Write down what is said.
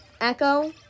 Echo